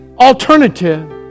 alternative